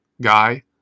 guy